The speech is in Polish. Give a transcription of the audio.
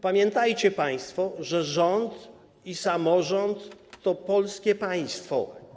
Pamiętajcie państwo, że rząd i samorząd to polskie państwo.